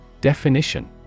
definition